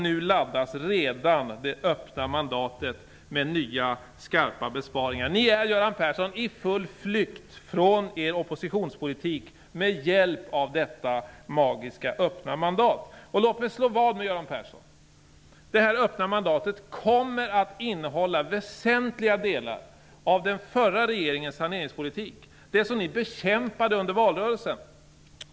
Nu laddas redan det öppna mandatet med nya skarpa besparingar. Ni är, Göran Persson, i full flykt från er oppositionspolitik med hjälp av detta magiska öppna mandat. Låt mig slå vad med Göran Persson! Det här öppna mandatet kommer att innehålla väsentliga delar av den förra regeringens saneringspolitik, det som ni bekämpade under valrörelsen.